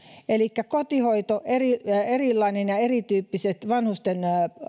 kotihoito ja erityyppiset vanhusten